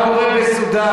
מה קורה בסודן,